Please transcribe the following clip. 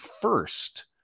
first